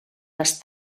les